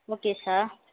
okay sir